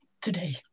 today